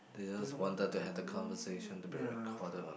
they just wanted to have the conversation to be recorded on it